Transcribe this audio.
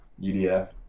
UDF